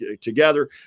together